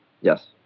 Yes